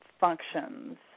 functions